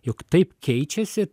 jog taip keičiasi